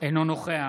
אינו נוכח